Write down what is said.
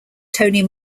tony